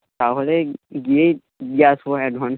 তাহলে গিয়েই দিয়ে আসবো অ্যাডভান্স